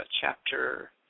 chapter